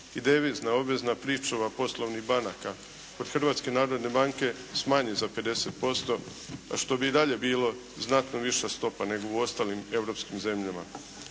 i devizna obvezna pričuva poslovnih banaka kod Hrvatske narodne banke smanji za 50% a što bi i dalje bilo znatno viša stopa nego u ostalim europskim zemljama.